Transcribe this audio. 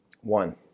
one